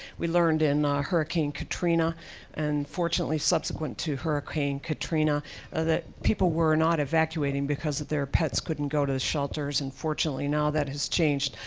we learned in hurricane katrina and fortunately subsequent to hurricane katrina or that people were not evacuating because their pets couldn't go to the shelters and fortunately now that has changed.